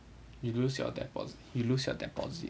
you lose your depo~ you lose your deposit